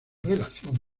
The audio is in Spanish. relación